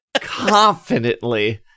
confidently